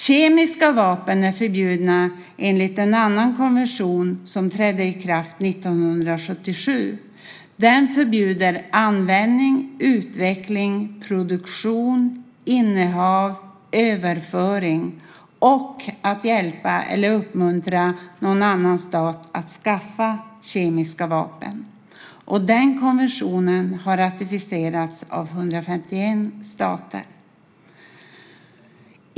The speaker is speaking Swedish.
Kemiska vapen är förbjudna enligt en annan konvention som trädde i kraft 1977. Den förbjuder användning, utveckling, produktion, innehav, överföring och att man hjälper eller uppmuntrar någon annan stat att skaffa kemiska vapen. Och den konventionen har ratificerats av 151 stater.